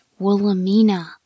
Woolamina